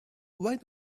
why